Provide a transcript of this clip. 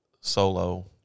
Solo